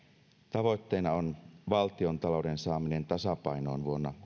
tavoitteena on valtiontalouden saaminen tasapainoon vuonna